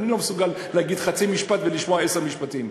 אני לא מסוגל להגיד חצי משפט ולשמוע עשרה משפטים.